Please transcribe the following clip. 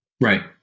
right